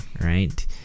right